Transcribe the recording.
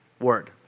word